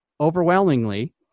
overwhelmingly